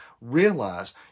Realize